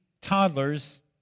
toddlers